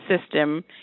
System